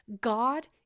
God